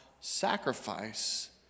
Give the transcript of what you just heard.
sacrifice